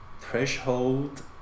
Threshold